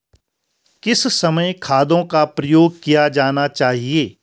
किस समय खादों का प्रयोग किया जाना चाहिए?